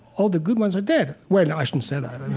all the good ones are dead. well, i shouldn't say that and